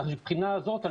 כך שמבחינה הזאת,